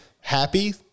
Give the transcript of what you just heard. happy